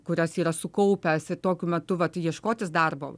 kurias yra sukaupęs ir tokiu metu vat ieškotis darbo